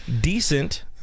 decent